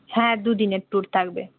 হ্যাঁ দু দিনের ট্যুর থাকবে